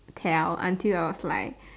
tell until I was like